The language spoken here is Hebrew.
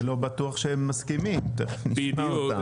זה לא בטוח שהם מסכימים תכף נשמע אותם.